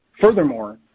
Furthermore